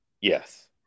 Yes